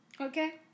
Okay